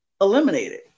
eliminated